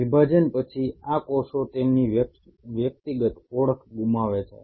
વિભાજન પછી આ કોષો તેમની વ્યક્તિગત ઓળખ ગુમાવે છે